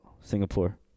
Singapore